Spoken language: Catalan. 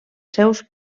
seus